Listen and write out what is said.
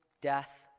death